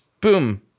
boom